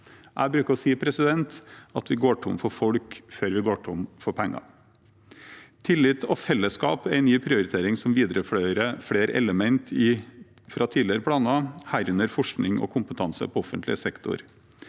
Jeg bruker å si at vi går tom for folk før vi går tom for penger. Tillit og fellesskap er en ny prioritering som viderefører flere element fra tidligere planer, herunder forskning og kompetanse på offentlig sektor.